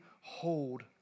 hold